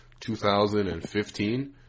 2015